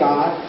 God